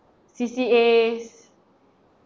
C_C_As